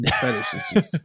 fetish